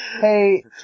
Hey